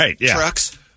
trucks